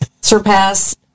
surpass